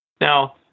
Now